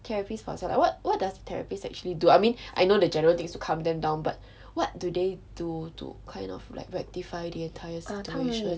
therapists 跑下来 what what does therapists actually do I mean I know the general things to calm them down but what do they do to kind of like rectify the entire situation